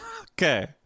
Okay